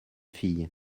fille